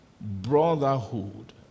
brotherhood